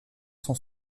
sont